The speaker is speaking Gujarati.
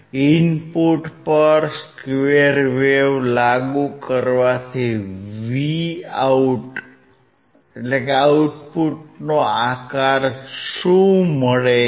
ઇનપુટ પર સ્કવેર વેવ લાગુ કરવાથી આઉટપુટ Vo નો આકાર શું મળે છે